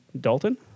Dalton